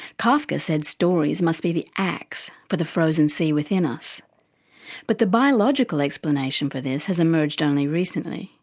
kafka said stories must be the axe for the frozen sea within us but the biological explanation for this has emerged only recently.